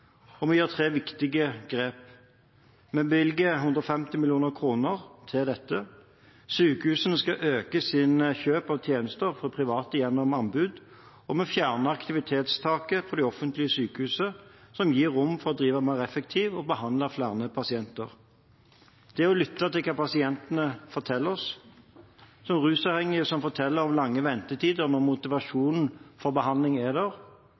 behandlingsvalg. Vi gjør tre viktige grep: Vi bevilger 150 mill. kr til dette. Sykehusene skal øke sine kjøp av tjenester fra private gjennom anbud. Vi fjerner aktivitetstaket i de offentlige sykehusene som gir rom for å drive mer effektivt og behandle flere pasienter. Det er å lytte til hva pasientene forteller oss. – Som rusavhengige som forteller om lange ventetider når motivasjonen for behandling er der,